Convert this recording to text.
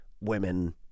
women